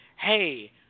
Hey